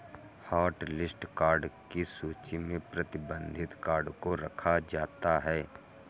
hotlist card की सूची में प्रतिबंधित कार्ड को रखा जाता है